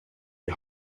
die